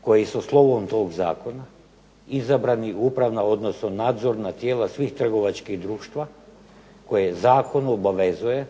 koji su slovom toga zakona izabrani u upravna odnosno nadzorna tijela svih trgovačkih društava koje zakon obavezuje